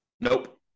Nope